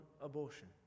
abortion